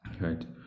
right